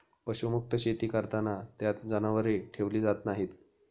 पशुमुक्त शेती करताना त्यात जनावरे ठेवली जात नाहीत